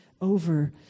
over